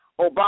Obama